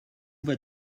vas